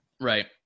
Right